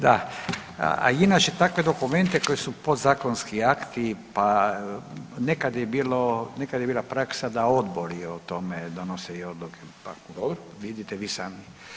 Da, a inače takve dokumente koji su podzakonski akti, nekad je bila praksa da odbori o tome donose i odluke, pa vidite i vi sami.